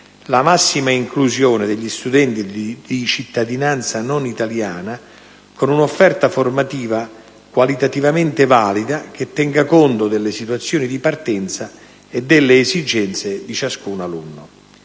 la massima inclusione degli studenti di cittadinanza non italiana con un'offerta formativa qualitativamente valida, che tenga conto delle situazioni di partenza e delle esigenze di ciascun alunno.